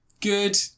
Good